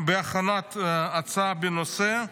בהכנת הצעה בנושא,